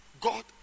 God